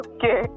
Okay